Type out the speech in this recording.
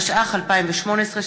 התשע"ח 2018,